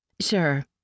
Sure